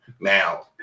Now